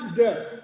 death